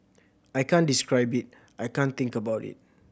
I can't describe it I can't think about it